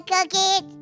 cookies